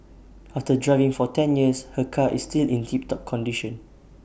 after driving for ten years her car is still in tip top condition